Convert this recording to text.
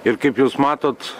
ir kaip jūs matot